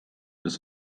ist